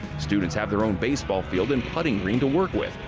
students have their own baseball field and putting green to work with,